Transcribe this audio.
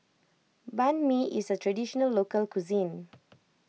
Banh Mi is a Traditional Local Cuisine